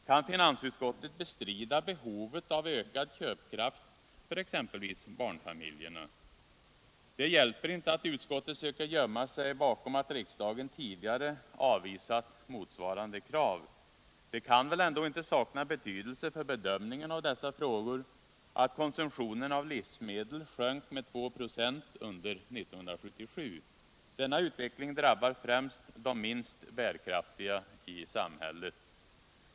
Kan finansutskottet bestrida behovet av en ökning av köpkraften för exempelvis barnfamiljerna? Det hjälper inte att utskottet söker gömma sig bakom att riksdagen tidigare avvisat motsvarande krav. Det kan väl inte sakna betydelse för bedömningen av dessa frågor att konsumtionen av livsmedel sjönk med 2 96 under 1977. Denna utveckling drabbar främst de minst bärkraftiga i samhället.